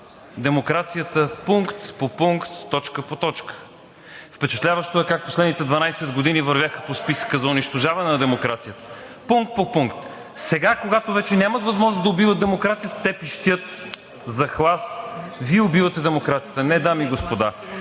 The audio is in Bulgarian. демокрацията пункт по пункт, точка по точка. Впечатляващо е как в последните 12 години вървяха по списъка за унищожаване на демокрацията – пункт по пункт. Сега, когато вече нямат възможност да убиват демокрацията, те пищят в захлас: „Вие убивате демокрацията!“ Не, дами и господа,